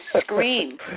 scream